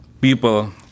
people